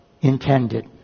intended